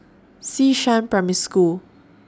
Xishan Primary School